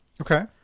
Okay